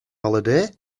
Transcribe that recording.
holiday